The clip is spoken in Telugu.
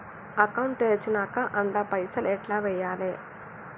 అకౌంట్ తెరిచినాక అండ్ల పైసల్ ఎట్ల వేయాలే?